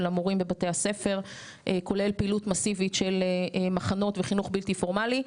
של המורים בבתי הספר כולל פעילות מאסיבית של מחנות וחינוך בלתי פורמלי.